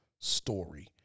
story